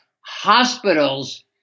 hospitals